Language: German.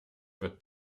wird